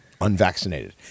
unvaccinated